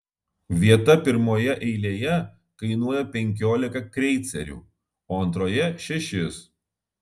vieta pirmoje eilėje kainuoja penkiolika kreicerių o antroje šešis